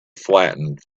flattened